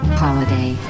holiday